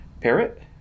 parrot